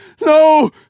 No